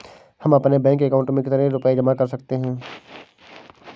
हम अपने bank account में कितने रुपये जमा कर सकते हैं?